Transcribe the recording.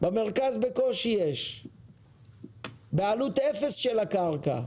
לעומת זאת, יש במרכז בקושי, בעלות אפס של הקרקע.